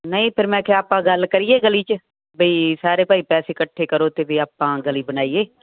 ਨਹੀਂ ਫਿਰ ਮੈਂ ਕਿਹਾ ਆਪਾਂ ਗੱਲ ਕਰੀਏ ਗਲੀ ਚ ਬਈ ਸਾਰੇ ਭਾਈ ਪੈਸੇ ਇਕੱਠੇ ਕਰੋ ਤੇ ਵੀ ਆਪਾਂ ਗਲੀ ਬਣਾਈਏ